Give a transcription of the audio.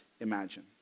imagine